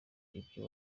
ibyo